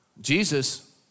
Jesus